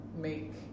make